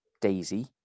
Daisy